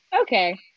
Okay